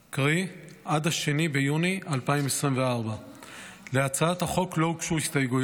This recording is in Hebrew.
קרי עד 2 ביוני 2024. להצעת החוק לא הוגשו הסתייגויות.